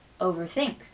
overthink